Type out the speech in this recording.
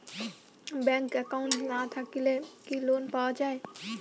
Bank account না থাকিলে কি লোন পাওয়া য়ায়?